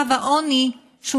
שזה פחות מקו העוני,